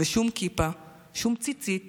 ושום כיפה ושום ציצית